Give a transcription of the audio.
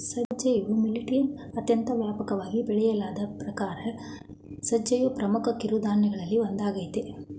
ಸಜ್ಜೆಯು ಮಿಲಿಟ್ನ ಅತ್ಯಂತ ವ್ಯಾಪಕವಾಗಿ ಬೆಳೆಯಲಾದ ಪ್ರಕಾರ ಸಜ್ಜೆಯು ಪ್ರಮುಖ ಕಿರುಧಾನ್ಯಗಳಲ್ಲಿ ಒಂದಾಗಯ್ತೆ